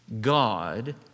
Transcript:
God